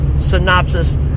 synopsis